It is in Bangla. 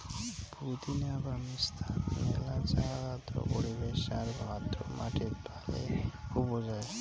পুদিনা বা মেন্থার মেলা জাত আর্দ্র পরিবেশ আর আর্দ্র মাটিত ভালে উবজায়